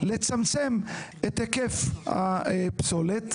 לצמצם את היקף הפסולת.